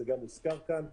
זה גם הוזכר כאן,